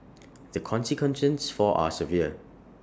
the consequences for are severe